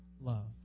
love